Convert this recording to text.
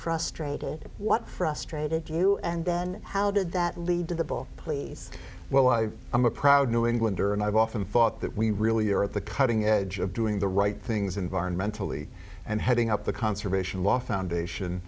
frustrated what frustrated you and then how did that lead to the book please well i am a proud new englander and i've often thought that we really are at the cutting edge of doing the right things environmentally and heading up the conservation